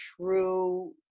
true